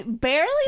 barely